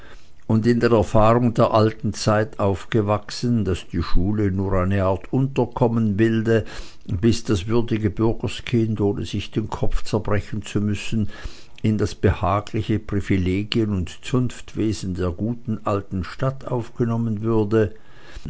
und in der erfahrung der alten zeit aufgewachsen daß die schule nur eine art unterkommen bilde bis das würdige bürgerkind ohne sich den kopf zerbrechen zu müssen in das behagliche privilegien und zunftwesen der guten alten stadt aufgenommen würde